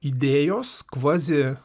idėjos kvazi